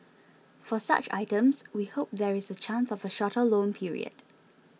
for such items we hope there is a chance of a shorter loan period